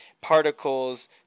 particles